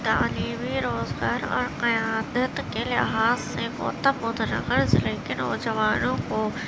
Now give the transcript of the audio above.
تعلیمی روزگار اور قیادت کے لحاظ سے گوتم بدھ نگر ضلع کے نوجوانوں کو